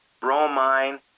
bromine